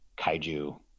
kaiju